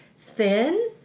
thin